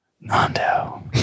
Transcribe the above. Nando